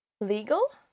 Legal